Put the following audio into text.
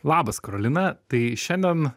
labas karolina tai šiandien